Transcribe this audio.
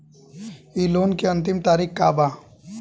इ लोन के अन्तिम तारीख का बा?